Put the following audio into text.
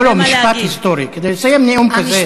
לא לא, משפט היסטורי, כדי לסיים נאום כזה.